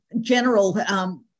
general